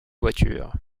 voitures